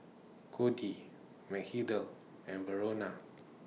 Cody Mathilde and Verona